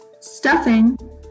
stuffing